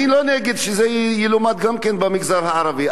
אני לא נגד שזה יילמד גם במגזר הערבי,